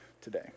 today